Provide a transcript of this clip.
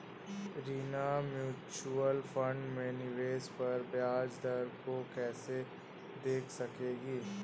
Reena mutual fund में निवेश पर ब्याज दर को कैसे देख सकेगी?